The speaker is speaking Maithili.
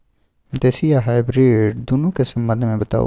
देसी आ हाइब्रिड दुनू के संबंध मे बताऊ?